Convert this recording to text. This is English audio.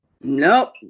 Nope